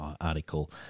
article